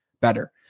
better